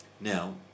Now